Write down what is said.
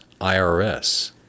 IRS